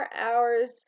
hours